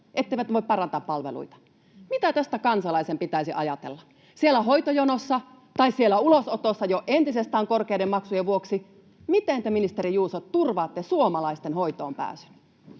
etteivät ne voi parantaa palveluita. Mitä tästä kansalaisen pitäisi ajatella siellä hoitojonossa tai ulosotossa jo entisestään korkeiden maksujen vuoksi? Miten te, ministeri Juuso, turvaatte suomalaisten hoitoonpääsyn?